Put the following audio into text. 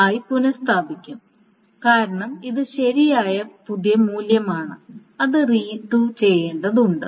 ആയി പുന സ്ഥാപിക്കും കാരണം ഇത് ശരിയായ പുതിയ മൂല്യമാണ് അത് റീഡു ചെയ്യേണ്ടതുണ്ട്